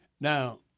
Now